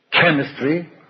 Chemistry